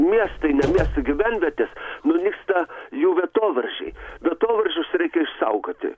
miestai ne miestai gyvenvietės nunyksta jų vietovardžiai vietovardžius reikia išsaugoti